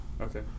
Okay